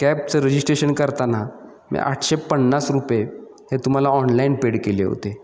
कॅबचं registration करताना मी आठशे पन्नास रुपये हे तुम्हाला ऑनलाईन पेड केले होते